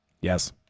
Yes